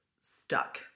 stuck